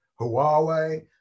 Huawei